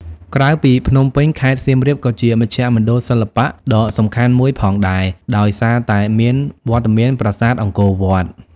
ក្រៅពីភ្នំពេញ ខេត្តសៀមរាបក៏ជាមជ្ឈមណ្ឌលសិល្បៈដ៏សំខាន់មួយផងដែរ ដោយសារតែមានវត្តមានប្រាសាទអង្គរវត្ត។